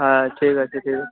হ্যাঁ ঠিক আছে ঠিক আছে